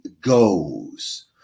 goes